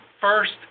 first